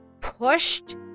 pushed